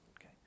okay